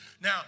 Now